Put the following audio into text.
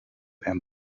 and